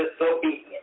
disobedience